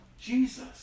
Jesus